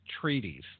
treaties